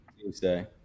tuesday